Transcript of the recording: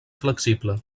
flexible